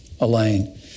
Elaine